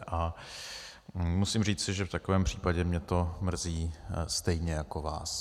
A musím říci, že v takovém případě mě to mrzí stejně jako vás.